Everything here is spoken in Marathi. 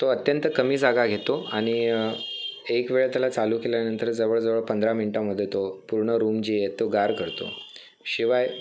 तो अत्यंत कमी जागा घेतो आणि एक वेळ त्याला चालू केल्यानंतर जवळ जवळ पंधरा मिनिटांमध्ये तो पूर्ण रूम जी आहे तो गार करतो शिवाय